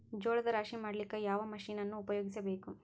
ಜೋಳದ ರಾಶಿ ಮಾಡ್ಲಿಕ್ಕ ಯಾವ ಮಷೀನನ್ನು ಉಪಯೋಗಿಸಬೇಕು?